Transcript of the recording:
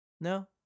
No